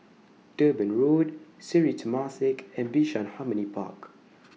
Durban Road Sri Temasek and Bishan Harmony Park